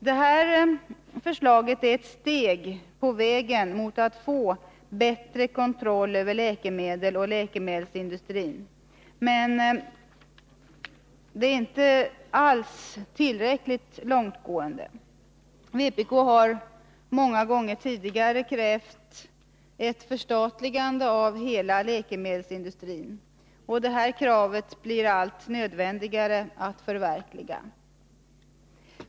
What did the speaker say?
Detta förslag är ett steg på vägen mot att få bättre kontroll över läkemedel och läkemedelsindustrin, men det är inte alls tillräckligt långtgående. Vpk har tidigare många gånger krävt ett förstatligande av hela läkemedelsindustrin. Detta krav blir allt nödvändigare att förverkliga.